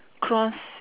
cross